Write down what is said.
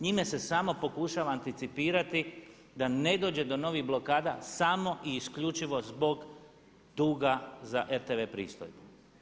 Njime se samo pokušava anticipirati da ne dođe do novih blokada samo i isključivo zbog duga za RTV pristojbu.